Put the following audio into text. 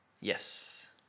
Yes